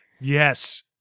Yes